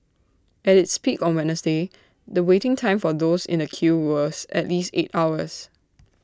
at its peak on Wednesday the waiting time for those in the queue was at least eight hours